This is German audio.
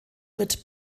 wird